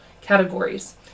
categories